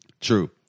True